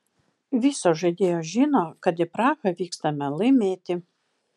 visos žaidėjos žino kad į prahą vykstame laimėti